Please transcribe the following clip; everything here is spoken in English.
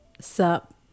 Sup